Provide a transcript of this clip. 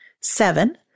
Seven